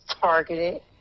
targeted